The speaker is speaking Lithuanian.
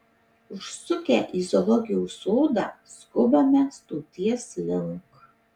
užsukę į zoologijos sodą skubame stoties link